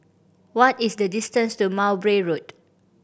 what is the distance to Mowbray Road